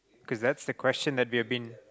cause that's the question that we've been